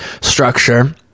structure